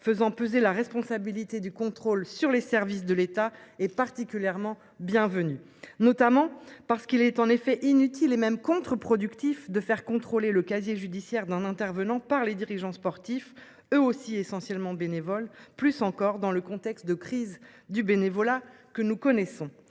faisant peser la responsabilité du contrôle sur les services de l'État est particulièrement bien venu, notamment parce qu'il est en effet inutile et même contre-productif de faire contrôler le casier judiciaire d'un intervenant par les dirigeants sportifs eux aussi essentiellement bénévoles plus encore dans le contexte de crise du bénévolat que nous connaissons.